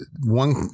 one